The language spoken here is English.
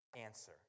answer